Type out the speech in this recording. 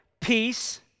peace